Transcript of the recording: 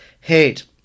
hate